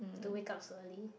have to wake up so early